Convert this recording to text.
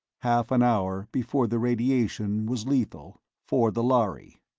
half an hour before the radiation was lethal for the lhari.